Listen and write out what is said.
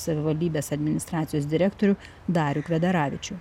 savivaldybės administracijos direktorių darių kvedaravičių